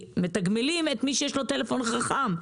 מתגמלים את מי שיש לו טלפון חכם.